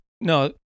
no